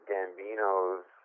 Gambino's